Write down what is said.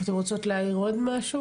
הדס שפי, בבקשה.